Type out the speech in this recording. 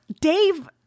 Dave